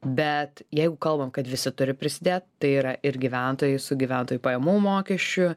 bet jeigu kalbam kad visi turi prisidėt tai yra ir gyventojai su gyventojų pajamų mokesčiu